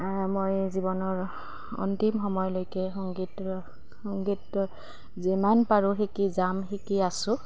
মই জীৱনৰ অন্তিম সময়লৈকে সংগীত সংগীত যিমান পাৰোঁ শিকি যাম শিকি আছো